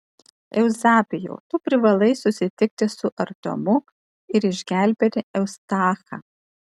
euzebijau tu privalai susitikti su artiomu ir išgelbėti eustachą